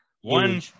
One